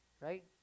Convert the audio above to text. Right